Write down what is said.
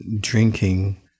drinking